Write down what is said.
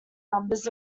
numbers